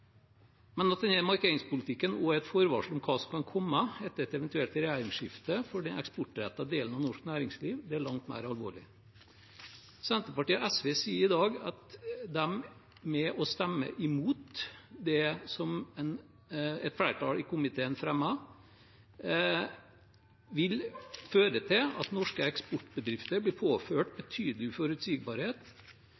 men at denne markeringspolitikken også er et forvarsel om hva som kan komme for den eksportrettede delen av norsk næringsliv etter et eventuelt regjeringsskifte, er langt mer alvorlig. Senterpartiet og SV sier at de vil stemme imot det som et flertall i komiteen i dag fremmer. Dersom de hadde fått flertall, ville det ført til at norske eksportbedrifter ville blitt påført